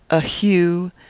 a hue,